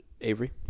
Avery